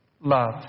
love